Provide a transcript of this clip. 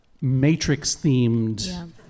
Matrix-themed